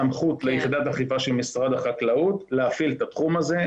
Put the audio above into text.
סמכות ליחידת אכיפה של משרד החקלאות להפעיל את התחום הזה,